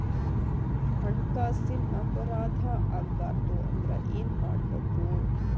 ಹಣ್ಕಾಸಿನ್ ಅಪರಾಧಾ ಆಗ್ಬಾರ್ದು ಅಂದ್ರ ಏನ್ ಮಾಡ್ಬಕು?